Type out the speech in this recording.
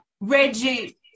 Reggie